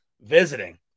visiting